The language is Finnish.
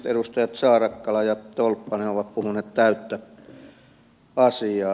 edustajat saarakkala ja tolppanen ovat puhuneet täyttä asiaa